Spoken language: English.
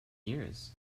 years